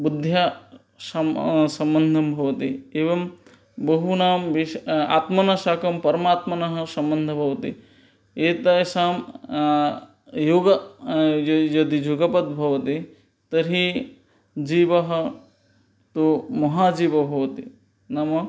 बुद्ध्या शम् सम्बन्धः भवति एवं बहूनां विश् आत्मना साकं परमात्मनः सम्बन्धः भवति एतेषां योगः य यत् युगपत् भवति तर्हि जीवः तु महाजीवो भवति नाम